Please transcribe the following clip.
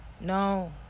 No